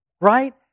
Right